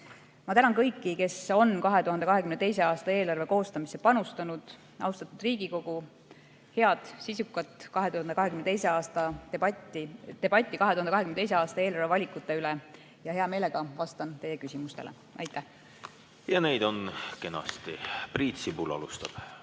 Ma tänan kõiki, kes on 2022. aasta eelarve koostamisse panustanud. Austatud Riigikogu, head sisukat debatti 2022. aasta eelarve valikute üle! Ma hea meelega vastan teie küsimustele. Aitäh! Ja neid on kenasti. Priit Sibul alustab.